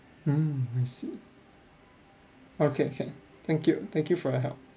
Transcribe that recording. mm I see okay can thank you thank you for your help